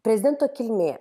prezidento kilmė